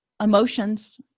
emotions